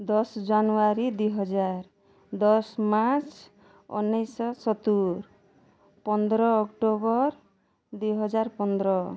ଦଶ ଜାନୁୟାରୀ ଦୁଇ ହଜାର ଦଶ ମାର୍ଚ୍ଚ ଉଣେଇଶିଶହ ସତୁରି ପନ୍ଦର ଅକ୍ଟୋବର ଦୁଇ ହଜାର ପନ୍ଦର